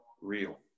real